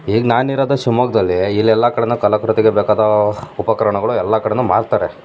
ಈಗ ನಾನು ಇರೋದು ಶಿವ್ಮೊಗ್ದಲ್ಲಿ ಇಲ್ಲಿ ಎಲ್ಲ ಕಡೆನೂ ಕಲಾಕೃತಿಗೆ ಬೇಕಾದ ಉಪಕರಣಗಳು ಎಲ್ಲ ಕಡೆಯೂ ಮಾರ್ತಾರೆ